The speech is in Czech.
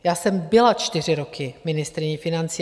Já jsem byla čtyři roky ministryní financí.